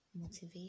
Motivation